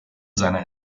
seiner